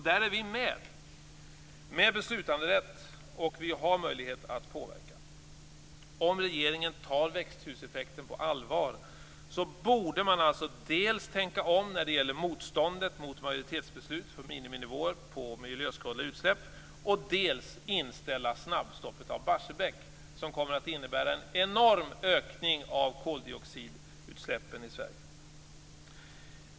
Där är vi med, med beslutanderätt, och vi har möjlighet att påverka. Om regeringen tar växthuseffekten på allvar borde man alltså dels tänka om när det gäller motståndet mot majoritetsbeslut för miniminivåer på miljöskadliga utsläpp, dels inställa snabbstoppet av Barsebäck, som kommer att innebära en enorm ökning av koldioxidutsläppen i Sverige.